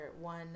one